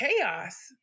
chaos